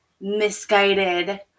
misguided